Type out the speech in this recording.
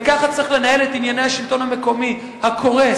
וככה צריך לנהל את ענייני השלטון המקומי הקורס,